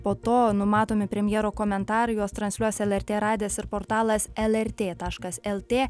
po to numatomi premjero komentarai juos transliuos lrt radijas ir portalas lrt taškas lt